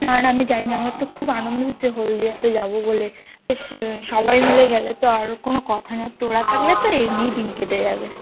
না না আমি জানি না আমার তো খুব আনন্দ হচ্ছে হলদিয়াতে যাবো বলে বেশ সবাই মিলে গেলে তো আর কোনও কথা না তোরা থাকলে তো এমনিই দিন কেটে যাবে